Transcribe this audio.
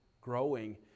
growing